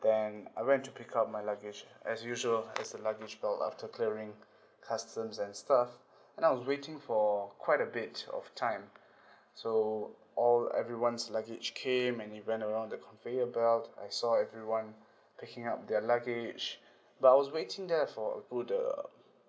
then I went to pick up my luggage as usual at the luggage belt after clearing customs and stuff and I was waiting for quite a bit of time so all everyone's luggage came and it went around the conveyor belt I saw everyone picking up their luggage but I was waiting there for a good um